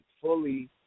fully